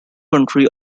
country